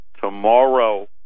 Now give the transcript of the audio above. tomorrow